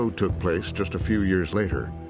so took place just a few years later,